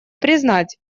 признать